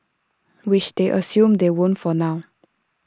which they assume they won't for now